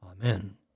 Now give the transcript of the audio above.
Amen